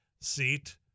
seat